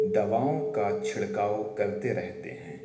دواؤں کا چھڑکاؤ کرتے رہتے ہیں